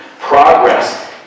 progress